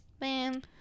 man